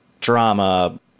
drama